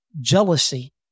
jealousy